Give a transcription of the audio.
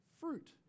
fruit